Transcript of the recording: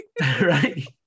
right